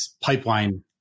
pipeline